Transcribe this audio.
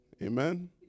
Amen